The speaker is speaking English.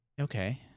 Okay